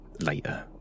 later